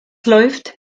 läuft